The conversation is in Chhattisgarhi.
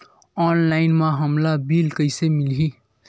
ऑनलाइन म हमला बिल कइसे मिलही?